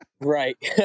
Right